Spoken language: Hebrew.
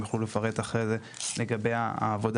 והם יוכלו לפרט אחרי זה לגבי העבודה